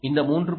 இந்த 3